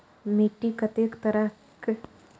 मिट्टी कतेक तरह के?